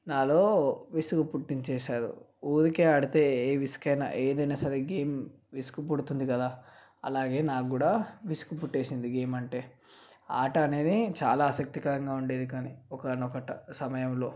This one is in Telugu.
నాలో విసుగు పుట్టించేసారు ఊరికే ఆడితే ఏ విసుగైనా ఏదైనా సరే గేమ్ విసుగు పుడుతుంది కదా అలాగే నాకు కూడా విసుగు పుట్టేసింది గేమ్ అంటే ఆట అనేది చాలా ఆసక్తికరంగా ఉండేది కానీ ఒకానొక సమయంలో